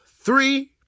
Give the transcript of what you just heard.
three